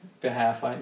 behalf